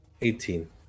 eighteen